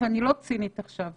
ואני לא צינית עכשיו,